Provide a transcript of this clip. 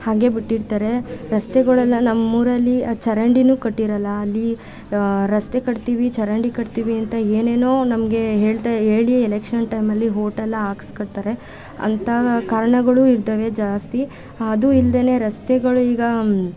ಹಾಗೆ ಬಿಟ್ಟಿರ್ತಾರೆ ರಸ್ತೆಗಳೆಲ್ಲ ನಮ್ಮೂರಲ್ಲಿ ಆ ಚರಂಡಿಯೂ ಕಟ್ಟಿರೋಲ್ಲ ಅಲ್ಲಿ ರಸ್ತೆ ಕಟ್ತೀವಿ ಚರಂಡಿ ಕಟ್ತೀವಿ ಅಂತ ಏನೇನೋ ನಮಗೆ ಹೇಳ್ತಾ ಹೇಳಿ ಎಲೆಕ್ಷನ್ ಟೈಮಲ್ಲಿ ವೋಟೆಲ್ಲ ಹಾಕ್ಸ್ಕೊಳ್ತಾರೆ ಅಂತ ಕಾರಣಗಳು ಇರ್ತವೆ ಜಾಸ್ತಿ ಅದು ಇಲ್ಲದೇನೆ ರಸ್ತೆಗಳು ಈಗ